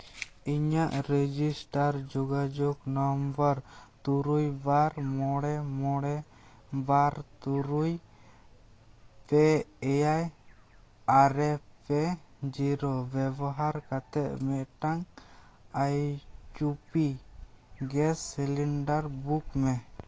ᱤᱧᱟᱹᱜ ᱨᱮᱡᱤᱥᱴᱟᱨ ᱡᱳᱜᱟᱡᱳᱜᱽ ᱱᱟᱢᱵᱟᱨ ᱛᱩᱨᱩᱭ ᱵᱟᱨ ᱢᱚᱬᱮ ᱢᱚᱬᱮ ᱵᱟᱨ ᱛᱩᱨᱩᱭ ᱯᱮ ᱮᱭᱟᱭ ᱟᱨᱮ ᱯᱮ ᱡᱤᱨᱳ ᱵᱮᱵᱚᱦᱟᱨ ᱠᱟᱛᱮᱫ ᱢᱤᱫᱴᱟᱝ H P gas cylinder book ᱢᱮ